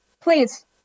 please